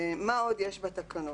מה עוד יש בתקנות?